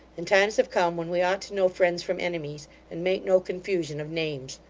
and times have come when we ought to know friends from enemies, and make no confusion of names.